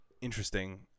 interesting